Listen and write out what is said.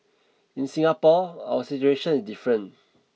in Singapore our situation is different